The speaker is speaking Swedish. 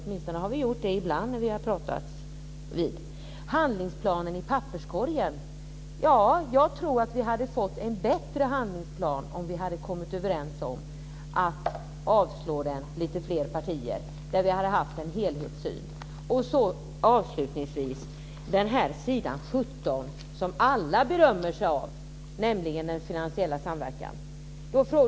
Åtminstone har vi gjort det ibland när vi har talats vid. Handlingsplanen i papperskorgen? Ja, jag tror att vi hade fått en bättre handlingsplan om vi hade varit lite fler partier som hade kommit överens om att avslå den och om vi haft en helhetssyn. Avslutningsvis vill jag ställa en fråga om s. 17 i handlingsplanen, som alla berömmer sig av, nämligen om den finansiella samverkan.